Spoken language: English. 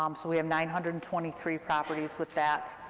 um so we have nine hundred and twenty three properties with that.